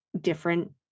different